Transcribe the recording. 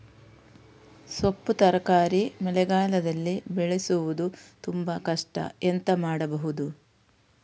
ಸೊಪ್ಪು ತರಕಾರಿ ಮಳೆಗಾಲದಲ್ಲಿ ಬೆಳೆಸುವುದು ತುಂಬಾ ಕಷ್ಟ ಎಂತ ಮಾಡಬಹುದು?